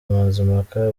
mazimpaka